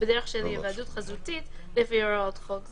בדרך של היוועדות חזותית לפי הוראות חוק זה.